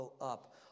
Up